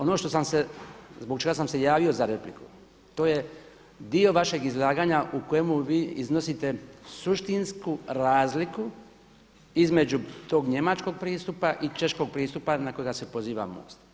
Ono što sam se, zbog čega sam se javio za repliku to je dio vašeg izlaganja u kojemu vi iznosite suštinsku razliku između tog njemačkog pristupa i češkog pristupa na kojega se poziva MOST.